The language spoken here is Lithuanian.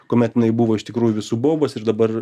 kuomet jinai buvo iš tikrųjų visų baubas ir dabar